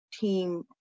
team